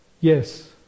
yes